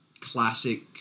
classic